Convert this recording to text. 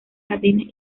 jardines